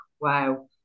wow